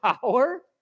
power